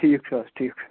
ٹھیٖک چھُ حظ ٹھیٖک چھُ